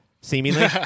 seemingly